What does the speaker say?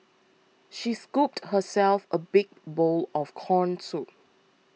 she scooped herself a big bowl of Corn Soup